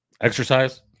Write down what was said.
exercise